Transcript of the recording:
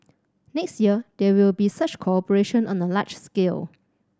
next year there will be such cooperation on a large scale